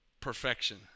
perfection